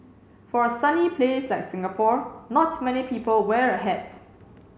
for a sunny place like Singapore not many people wear a hat